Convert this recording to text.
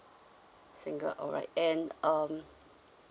single alright and um